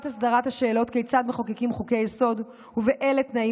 הסדרת השאלות כיצד מחוקקים חוקי-יסוד ובאילו תנאים